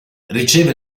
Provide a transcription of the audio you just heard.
riceve